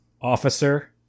Officer